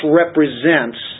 represents